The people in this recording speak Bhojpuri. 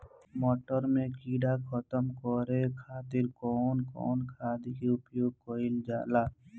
मटर में कीड़ा खत्म करे खातीर कउन कउन खाद के प्रयोग कईल जाला?